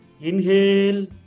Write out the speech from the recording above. Inhale